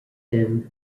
abingdon